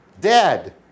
Dead